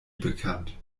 bekannt